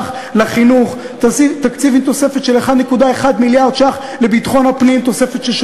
זו אותה מפלגת מרצ שאפילו,